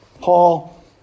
Paul